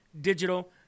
digital